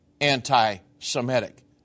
anti-Semitic